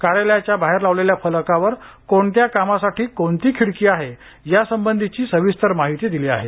कार्यालयाच्या बाहेर लावलेल्या फलकावर कोणत्या कामासाठी कोणती खिडकी आहे यासंबंधीची सविस्तर माहिती दिली आहे